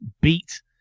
beat